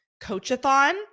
coach-a-thon